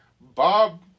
Bob